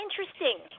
interesting